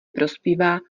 prospívá